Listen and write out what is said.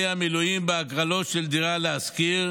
המילואים בהגרלות של דירה להשכיר,